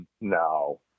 no